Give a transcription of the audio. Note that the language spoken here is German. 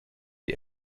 die